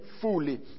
fully